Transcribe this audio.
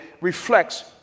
reflects